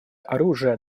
оружие